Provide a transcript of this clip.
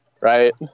Right